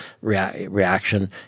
reaction